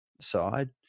side